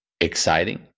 exciting